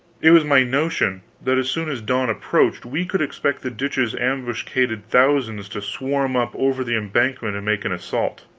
it was my notion that as soon as dawn approached we could expect the ditch's ambuscaded thousands to swarm up over the embankment and make an assault,